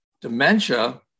dementia